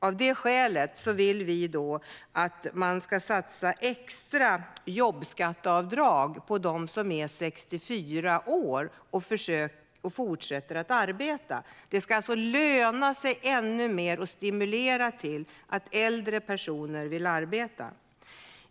Av det skälet vill vi att det ska ske en extra satsning på jobbskatteavdrag på dem som är 64 år och fortsätter att arbeta. Det ska alltså löna sig ännu mer att arbeta och stimulera äldre personer att vilja arbeta.